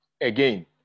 again